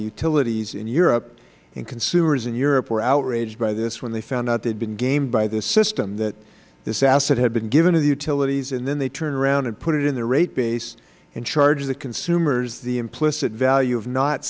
utilities in europe and consumers in europe were outraged by this when they found out they had been gamed by this system that this asset had been given to the utilities and then they turned around and put it in the rate base and charged the consumers the implicit value of not